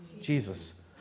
Jesus